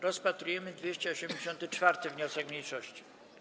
Rozpatrujemy 284. wniosek mniejszości.